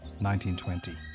1920